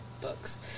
books